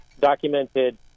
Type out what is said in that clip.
documented